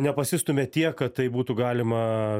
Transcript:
nepasistumia tiek kad tai būtų galima